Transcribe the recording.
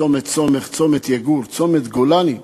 צומת סומך, צומת יגור, צומת גולני.